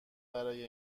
برای